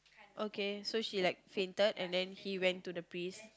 okay so she like fainted and then he went to the priest